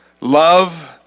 love